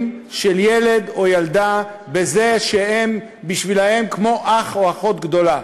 של ילד או ילדה בזה שהם בשבילם כמו אח או אחות גדולה.